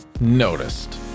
noticed